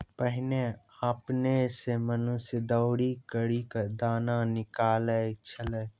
पहिने आपने सें मनुष्य दौरी करि क दाना निकालै छलै